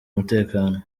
umutekano